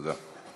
תודה.